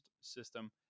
system